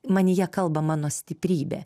manyje kalba mano stiprybė